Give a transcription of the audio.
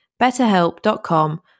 betterhelp.com